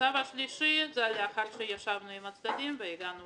הצו השלישי הוא לאחר שישבנו עם הצדדים והגענו